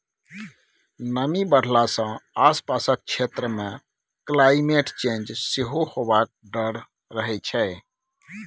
नमी बढ़ला सँ आसपासक क्षेत्र मे क्लाइमेट चेंज सेहो हेबाक डर रहै छै